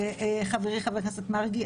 חברי חבר הכנסת מרגי,